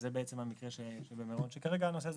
זה בעצם המקרה במירון - כרגע הנושא הזה